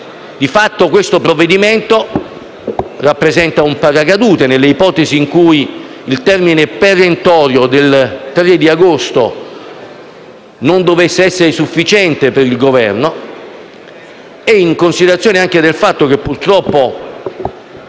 Di fatto, il provvedimento in esame rappresenta un paracadute nell'ipotesi in cui il termine perentorio del 3 agosto non dovesse essere sufficiente per il Governo, in considerazione anche del fatto che purtroppo